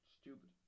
Stupid